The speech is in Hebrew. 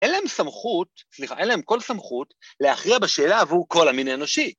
אין להם סמכות, סליחה, אין להם כל סמכות להכריע בשאלה עבור כל המין אנושי.